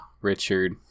Richard